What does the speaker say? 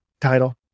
title